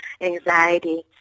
anxiety